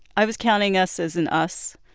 i was counting us as an us.